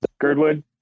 Girdwood